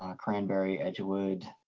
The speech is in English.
ah cranberry, edgewood,